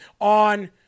on